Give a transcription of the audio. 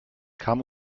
kam